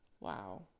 Wow